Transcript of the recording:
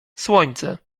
słońce